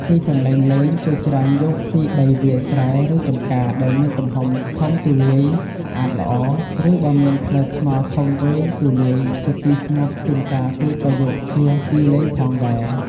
ទឹកន្លែងលេង គេច្រើនយកទីដីវាលស្រែ ឬចម្ការ ដែលមានទំហំធំទូលាយ ស្អាតល្អ ឬបើមានផ្លូវថ្នល់ធំវែងទូលាយជាទីស្ងាត់ជួនកាលគេក៏យកជាទីលេងផងដែរ ។